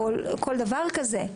או כל דבר כזה.